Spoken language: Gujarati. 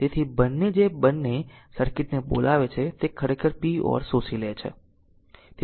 તેથી બંને જે બંને સર્કિટને બોલાવે છે તે ખરેખર p or શોષી લે છે